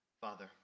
Father